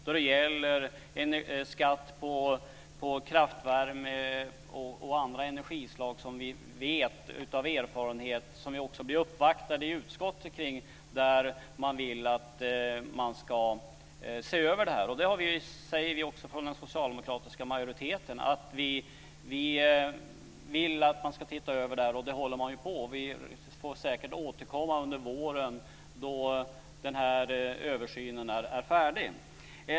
Det kan gälla en skatt på kraftvärme och på andra energislag som vi av erfarenhet vet - detta blir vi också uppvaktade om i utskottet - att man vill se över. Från den socialdemokratiska majoriteten säger vi också att vi vill att man ska titta över detta, och det håller man ju också på med. Vi får säkert återkomma under våren, då denna översyn är färdig.